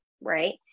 right